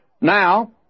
Now